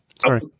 sorry